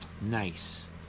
Nice